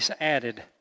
added